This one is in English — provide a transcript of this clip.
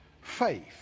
faith